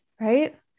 right